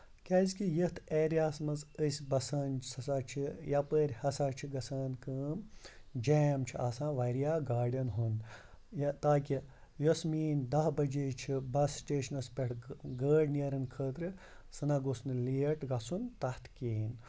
کیازِ کہِ یَتھ ایریا ہَس منٛز أسۍ بَسان ہسا چھِ یَپٲر ہسا چھِ گژھان کٲم جیم چھُ آسان واریاہ گاڑٮ۪ن ہُند تاکہِ یۄس میٲنۍ دہ بَجے چھِ بَس سِٹیشنَس پٮ۪ٹھ گٲڑ نیرن خٲطرٕ سُہ نہ گوٚژھ نہٕ لیٹ گژھُن تتھ کِہینۍ